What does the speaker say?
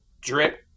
drip